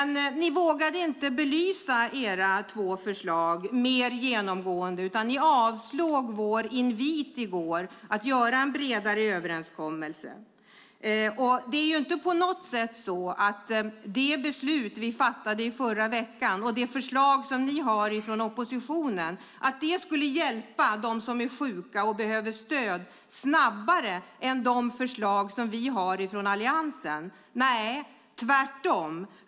Men ni vågade inte belysa era två förslag mer genomgående, utan ni avslog vår invit i går att göra en bredare överenskommelse. Det är inte på något sätt så att det beslut som vi fattade i förra veckan och det förslag som ni har från oppositionen skulle hjälpa dem som är sjuka och behöver stöd snabbare än de förslag som vi har från Alliansen - tvärtom.